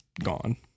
gone